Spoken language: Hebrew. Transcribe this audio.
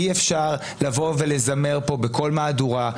אי אפשר לבוא ולזמר כאן בכל מהדורה,